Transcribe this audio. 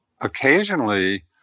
occasionally